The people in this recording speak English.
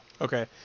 okay